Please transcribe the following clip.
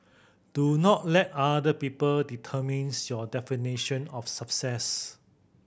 do not let other people determines your definition of success